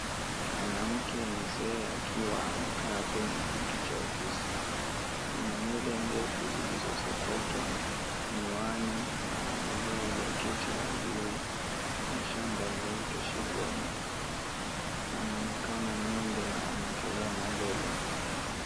Mwanamke mzee akiwa amekaa kwenye kiti cha ofisi. Ana nywele ndefu zilizosokotwa, miwani na amevaa jaketi la blue na shanga nyeupe shingoni. Anaonekana mnyonge na anatazama mbele.